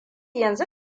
yanzu